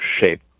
shape